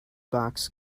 box